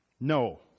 No